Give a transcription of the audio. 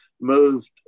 moved